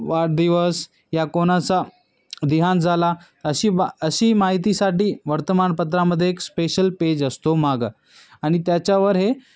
वाढदिवस या कोणाचा देहांत झाला अशी बा अशी माहितीसाठी वर्तमानपत्रामध्ये एक स्पेशल पेज असतो मागं आणि त्याच्यावर हे